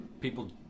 people